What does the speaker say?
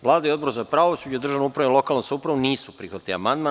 Vlada i Odbor za pravosuđe i državnu upravu i lokalnu samoupravu nisu prihvatili amandman.